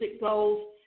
goals